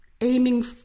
aiming